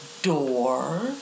Door